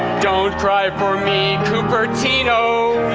don't cry for me, cupertino.